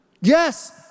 Yes